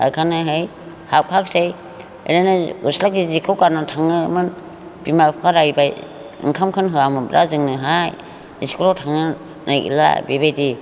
ओंखायनोहाय हाबखायाखिसै ओरैनो गस्ला गिजिखौ गाननानै थाङोमोन बिमा बिफा रायबाय ओंखामखौनो होआमोनब्ला जोंनोहाय इस्कुलाव थांनो नागिरब्ला बेबायदि